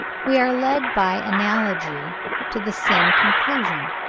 we are led by analogy to the same conclusion,